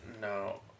No